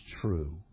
true